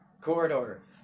corridor